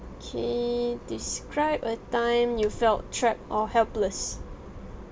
okay describe a time you felt trapped or helpless